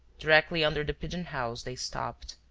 directly under the pigeon-house, they stopped,